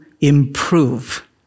improve